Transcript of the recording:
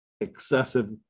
excessive